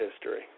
history